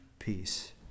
peace